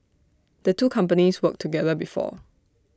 the two companies worked together before